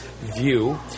view